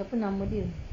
siapa nama dia